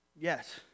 Yes